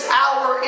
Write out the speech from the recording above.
hour